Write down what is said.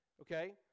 okay